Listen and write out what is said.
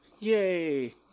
yay